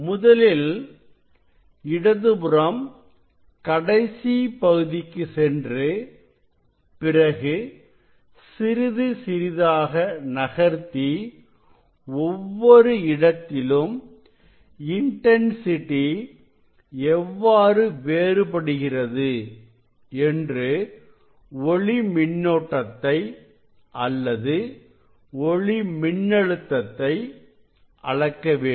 முதலில் இடதுபுறம் கடைசி பகுதிக்கு சென்று பிறகு சிறிது சிறிதாக நகர்த்தி ஒவ்வொரு இடத்திலும் இன்டன்சிட்டி எவ்வாறு வேறுபடுகிறது என்று ஒளி மின்னோட்டத்தை அல்லது ஒளி மின்னழுத்தத்தை அளக்க வேண்டும்